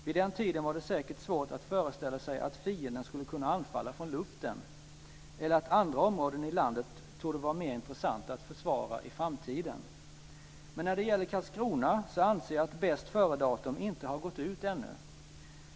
Vid den tiden var det säkert svårt att föreställa sig att fienden skulle kunna anfalla från luften eller att andra områden i landet torde vara mer intressanta att försvara i framtiden. När det gäller Karlskrona så anser jag att bästföredatum inte har gått ut ännu.